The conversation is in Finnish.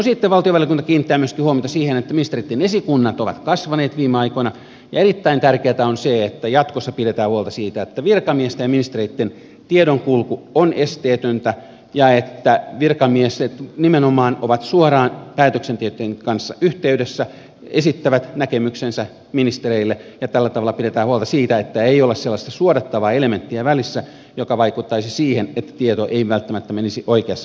sitten valtiovarainvaliokunta kiinnittää myöskin huomiota siihen että ministereitten esikunnat ovat kasvaneet viime aikoina ja erittäin tärkeätä on se että jatkossa pidetään huolta siitä että virkamiesten ja ministereitten tiedonkulku on esteetöntä ja että virkamiehet nimenomaan ovat suoraan päätöksentekijöitten kanssa yhteydessä esittävät näkemyksensä ministereille ja tällä tavalla pidetään huolta siitä että ei ole sellaista suodattavaa elementtiä välissä joka vaikuttaisi siihen että tieto ei välttämättä menisi oikeassa muodossa perille